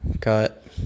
Cut